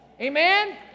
Amen